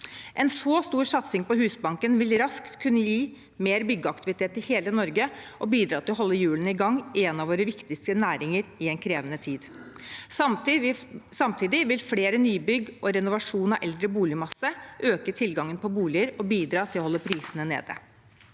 En så stor satsing på Husbanken vil raskt kunne gi mer byggeaktivitet i hele Norge og bidra til å holde hjulene i gang i en av våre viktigste næringer i en krevende tid. Samtidig vil flere nybygg og renovasjon av eldre boligmasse øke tilgangen på boliger og bidra til å holde prisene nede.